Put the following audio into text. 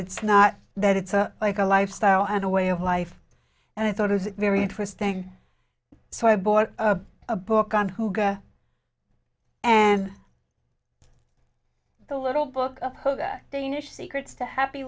it's not that it's like a lifestyle and a way of life and i thought it was very interesting so i bought a book on who and the little book danish secrets to happy